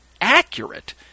accurate